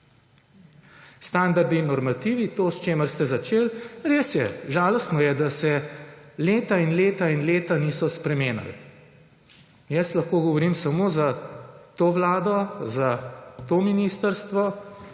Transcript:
Standardi in normativi, to s čemer ste začeli. Res je, žalostno je, da se leta in leta in leta niso spremenili. In jaz lahko govorim samo za to Vlado, za to ministrstvo.